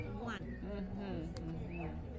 one